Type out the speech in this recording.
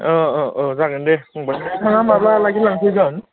ओह ओह ओह जागोन दे फंबाय नोंथाङा माब्ला लागि लांफैगोन